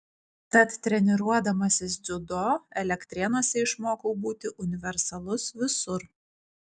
tad treniruodamasis dziudo elektrėnuose išmokau būti universalus visur